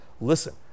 listen